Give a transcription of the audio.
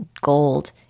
gold